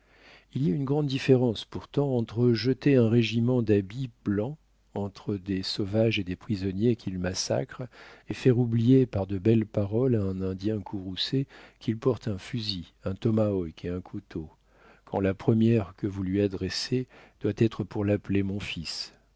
il y aune grande différence pourtant entre jeter un régiment d'habits blancs entre des sauvages et des prisonniers qu'ils massacrent et faire oublier par de belles paroles à un indien courroucé qu'il porte un fusil un tomahawk et un couteau quand la première que vous lui adressez doit être pour l'appeler mon fils